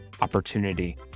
opportunity